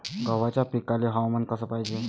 गव्हाच्या पिकाले हवामान कस पायजे?